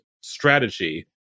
strategy